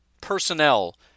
personnel